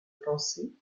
pensée